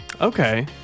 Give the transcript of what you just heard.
Okay